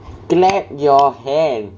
clap your hand